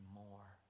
more